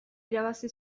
irabazi